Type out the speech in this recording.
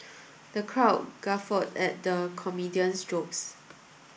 the crowd guffawed at the comedian's jokes